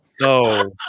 No